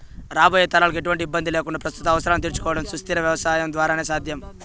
రాబోయే తరాలకు ఎటువంటి ఇబ్బంది లేకుండా ప్రస్తుత అవసరాలను తీర్చుకోవడం సుస్థిర వ్యవసాయం ద్వారానే సాధ్యం